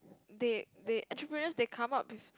they they entrepreneurs they come up with